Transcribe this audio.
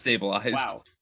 wow